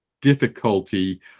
difficulty